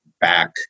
back